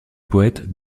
poète